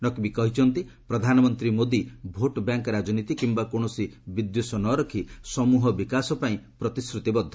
ନକ୍ବୀ କହିଛନ୍ତି ପ୍ରଧାନମନ୍ତ୍ରୀ Modi vote bank ରାଜନୀତି କିୟା କୌଣସି ବିଦ୍ୱେଷ ନ ରଖି ସମୃହ ବିକାଶ ପାଇଁ ପ୍ରତିଶ୍ରଦ୍ଧବଦ୍ଧ